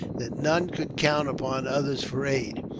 that none could count upon others for aid,